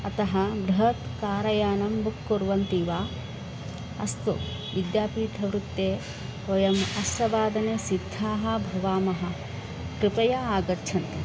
अतः बृहत् कार यानं बुक् कुर्वन्ति वाअस्तु विद्यापीठवृत्ते वयम् अष्टवादने सिद्धाः भवामः कृपया आगच्छन्तु